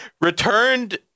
Returned